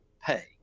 pay